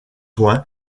ouen